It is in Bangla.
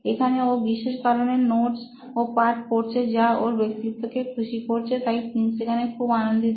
এখানে ও বিশেষ কারণে নোটস ও পাঠ পড়ছে যা ওর ব্যক্তিত্ব কে খুশি করছে তাই প্রিন্স এখানে খুব আনন্দিত